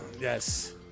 Yes